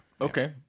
Okay